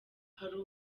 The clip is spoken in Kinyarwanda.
hari